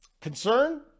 Concern